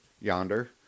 Yonder